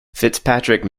fitzpatrick